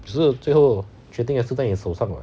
只是最后决定也是在你是在你手上